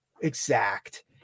exact